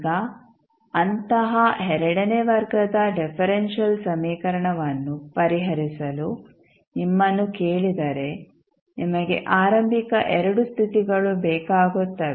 ಈಗ ಅಂತಹ ಎರಡನೇ ವರ್ಗದ ಡಿಫರೆಂಶಿಯಲ್ ಸಮೀಕರಣವನ್ನು ಪರಿಹರಿಸಲು ನಿಮ್ಮನ್ನು ಕೇಳಿದರೆ ನಿಮಗೆ ಆರಂಭಿಕ 2 ಸ್ಥಿತಿಗಳು ಬೇಕಾಗುತ್ತವೆ